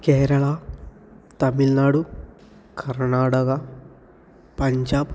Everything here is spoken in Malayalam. കേരള തമിഴ്നാട് കർണ്ണാടക പഞ്ചാബ്